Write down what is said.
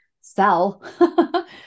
sell